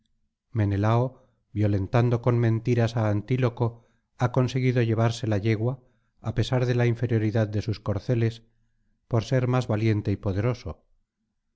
menelao violentando con mentiras i antíloco ha conseguido llevarse la yegua á pesar de la inferioridad de sus corceles y por sermás valiente y poderoso